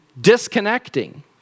disconnecting